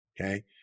Okay